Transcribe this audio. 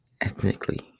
ethnically